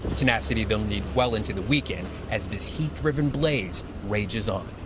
tenacity they will need well into the weekend as this heat-driven blaze rages on.